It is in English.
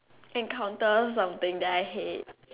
encounter something that I hate